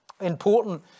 important